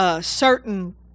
certain